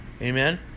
Amen